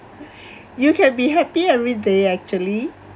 you can be happy everyday actually